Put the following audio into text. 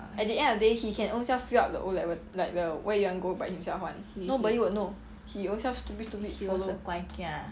at the end of day he can own self fill up the O level like the where you want go by himself [one] nobody will know he own self stupid stupid follow